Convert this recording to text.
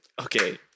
Okay